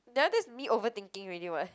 ya that's me overthinking already [what]